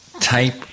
type